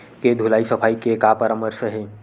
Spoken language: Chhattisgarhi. के धुलाई सफाई के का परामर्श हे?